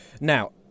Now